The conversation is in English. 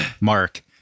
Mark